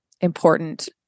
important